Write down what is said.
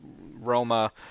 Roma